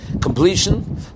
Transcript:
completion